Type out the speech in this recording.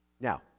now